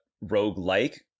rogue-like